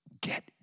get